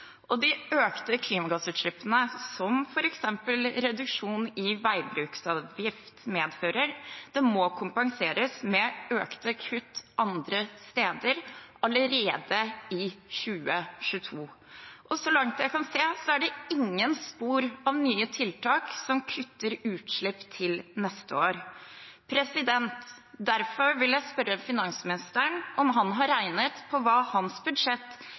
De økte klimagassutslippene som f.eks. reduksjon i veibruksavgift medfører, må kompenseres med økte kutt andre steder allerede i 2022. Så langt jeg kan se, er det ingen spor av nye tiltak som kutter utslipp til neste år. Derfor vil jeg spørre finansministeren om han har regnet på hva hans budsjett